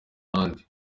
ahandi